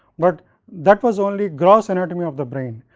but that was only gross anatomy of the brain,